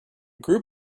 group